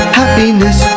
happiness